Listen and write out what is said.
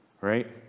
right